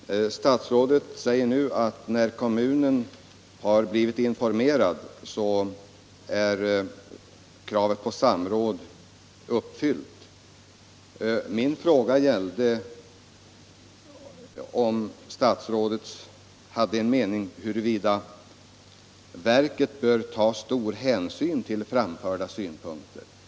Herr talman! Statsrådet säger nu att kravet på samråd är uppfyllt niär kommunen har blivit informerad. Min fråga gällde om statsrådet hade en mening om huruvida verket bör ta stor hänsyn till framförda synpunkter.